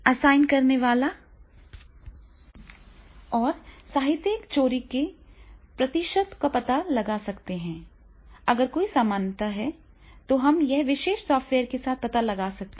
assign करने वाला और साहित्यिक चोरी के प्रतिशत का पता लगा सकता है अगर कोई समानता है तो हम इस विशेष सॉफ्टवेयर के साथ पता लगा सकते हैं